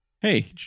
Hey